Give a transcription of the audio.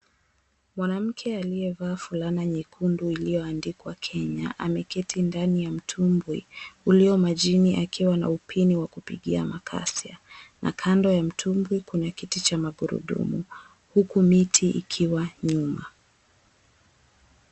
Mwanamke aliyevaa fulana nyekundu iliyoandikwa Kenya ameketi ndani ya mtumbwi ulio majini, akiwa na upini wa kupigia makasia, na kando ya mtumbwi kuna kiti cha magurudumu, huku miti ikiwa nyuma.